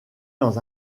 dans